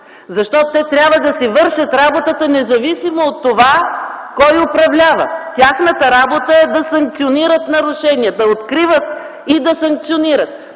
защото те трябва да си вършат работата, независимо от това кой управлява. Тяхната работа е да санкционират нарушенията. Да откриват и да санкционират,